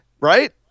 right